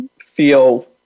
feel